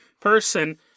person